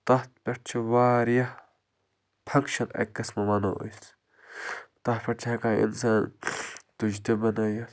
تَتھ پٮ۪ٹھ چھِ واریاہ فَنٛکشَن اَکہِ قٕسمہٕ وَنَو أسۍ تَتھ پٮ۪ٹھ چھِ ہٮ۪کان اِنسان تُجہِ تہِ بنایِتھ